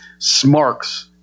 smarks